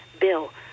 bill